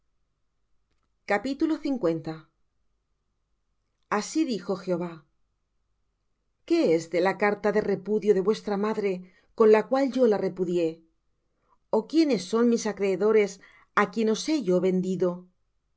asi dijo jehová qué es de la carta de repudio de vuestra madre con la cual yo la repudié ó quiénes son mis acreedores á quienes os he yo vendido